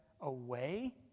away